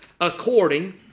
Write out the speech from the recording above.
according